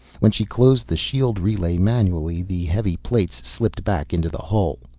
when she closed the shield relay manually, the heavy plates slipped back into the hull.